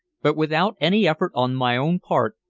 but, without any effort on my own part,